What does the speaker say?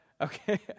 Okay